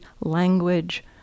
language